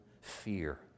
fear